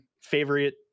favorite